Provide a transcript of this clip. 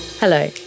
Hello